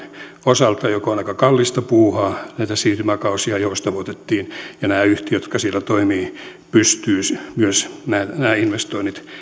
osalta mikä on aika kallista puuhaa näitä siirtymäkausia joustavoitettiin ja nämä yhtiöt jotka siellä toimivat pystyisivät myös nämä investoinnit